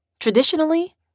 Traditionally